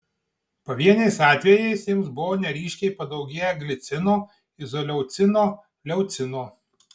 pavieniais atvejais jiems buvo neryškiai padaugėję glicino izoleucino leucino